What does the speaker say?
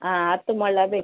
ಆಂ ಹತ್ತು ಮೊಳ ಬೇಕು